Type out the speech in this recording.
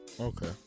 Okay